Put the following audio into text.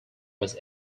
was